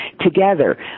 together